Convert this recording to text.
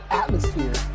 atmosphere